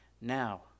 Now